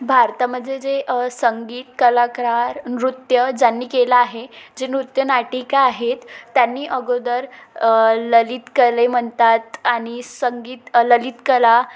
भारतामध्ये जे संगीत कलाकार नृत्य ज्यांनी केलं आहे जे नृत्य नाटिका आहेत त्यांनी अगोदर ललितकले म्हणतात आणि संगीत ललित कला